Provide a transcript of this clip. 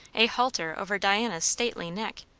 a halter over diana's stately neck!